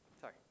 Sorry